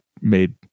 made